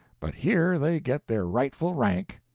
but here they get their rightful rank.